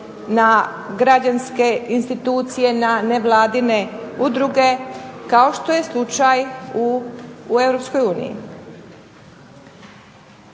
na građanske institucije, na nevladine udruge kao što je slučaj u EU.